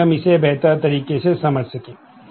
ताकि हम इसे बेहतर तरीके से समझ सकें